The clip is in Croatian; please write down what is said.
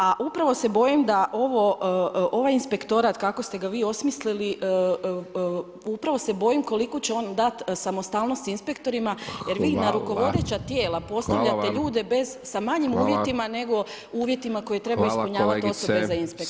A upravo se bojim da ovaj inspektorat kako ste ga vi osmislili, upravo se bojim koliko će on dati samostalnost inspektorima, jer vi na rukovodećim tijela postavljate ljude bez, sa manjim uvjetima, nego uvjetima koje trebaju ispunjavati osobe za inspekciju.